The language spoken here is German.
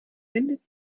wendet